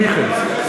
מיכלס.